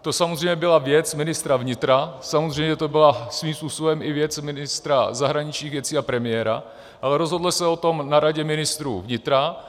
To samozřejmě byla věc ministra vnitra, samozřejmě to byla svým způsobem i věc ministra zahraničních věcí a premiéra, ale rozhoduje se o tom na Radě ministrů vnitra.